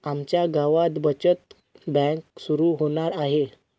आमच्या गावात बचत बँक सुरू होणार आहे